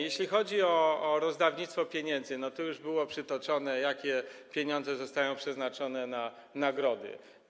Jeśli chodzi o rozdawnictwo pieniędzy, to tu już było przytoczone, jakie pieniądze są przeznaczane na nagrody.